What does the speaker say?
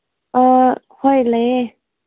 ꯑꯥ ꯍꯣꯏ ꯂꯩꯌꯦ